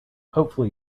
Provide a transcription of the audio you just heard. hopefully